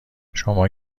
شما